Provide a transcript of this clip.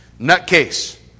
nutcase